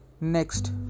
Next